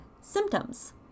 symptoms